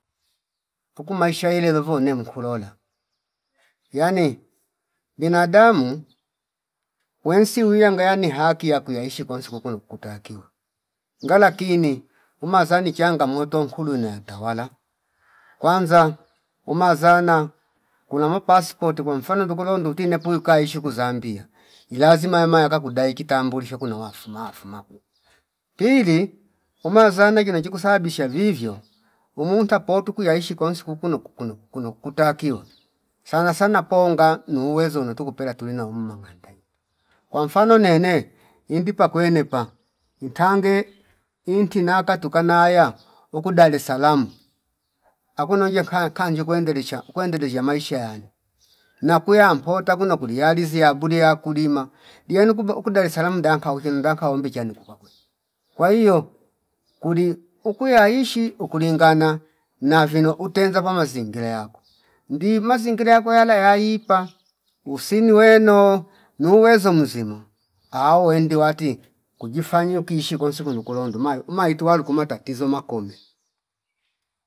Tukumaisha yelele luvo nemkulola yani binadamu wensi wia goyani haki ya kuyaishi kwesi kukulo kukutakiwa ngala kini umazani changamoto nkulu nantaya wala kwanza umazana kuno mu paspoti kwa mfano ndukulo nduti nepuyu kaishi kuzambia ilazima yamayaka kudai kitambulisho kwino wafuma fuma pili umazana chino khusabisha vivyo umunta potu kuya ishi konsi kukuno- kukuno- kukuno kutakiwa sana sana ponga nuu weo nutukupela tuwina umanga ntaito kwa mfano nene indi pakwe nepa intange inti naka tukanaya uku dalesalamu aku nongia kaya khanje kwendelisha ukwendilisha maisha yane nakuya mpota kuno kuliyalizi yabuli yakulima iyanu kuba uku daleslamu danka uchi ndanka hombi chani kupa kwene kwa hio kuli ukuyaishi ukulingana na vino utenza pama zingila yakwe ndi mazingila yakwe yala yaipa usini weno nuuwezo muzima au wende wati kujifanya ukiishi konsi kunu kulondo uma- umaitwa lukuma tatizo makome